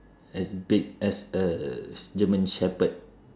as big as a german shepherd